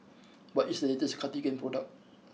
what is the latest Cartigain product